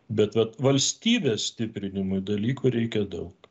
bet vat valstybės stiprinimui dalykų reikia daug